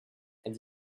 and